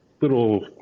little